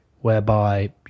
whereby